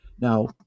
Now